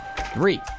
Three